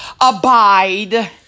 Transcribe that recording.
abide